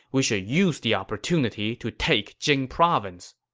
we should use the opportunity to take jing province.